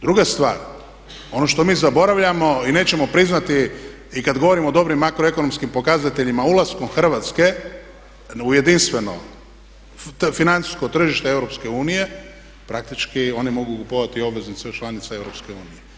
Druga stvar, ono što mi zaboravljamo i nećemo priznati i kad govorimo o dobrim makroekonomskim pokazateljima ulaskom Hrvatske u jedinstveno financijsko tržište EU praktički oni mogu kupovati obveznice od članica EU.